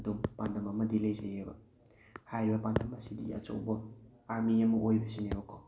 ꯑꯗꯨꯝ ꯄꯥꯟꯗꯝ ꯑꯃꯗꯤ ꯂꯩꯖꯩꯑꯕ ꯍꯥꯏꯔꯤꯕ ꯄꯥꯟꯗꯝ ꯑꯁꯤꯗꯤ ꯑꯆꯧꯕ ꯑꯥꯔꯃꯤ ꯑꯃ ꯑꯣꯏꯕꯁꯤꯅꯦꯕꯀꯣ